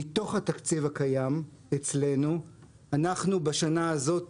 מתוך התקציב הקיים אצלנו אנחנו בשנה הזאת